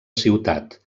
ciutat